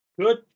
Good